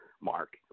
mark